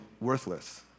worthless